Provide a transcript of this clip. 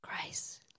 Grace